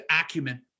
acumen